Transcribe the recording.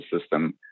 system